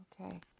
Okay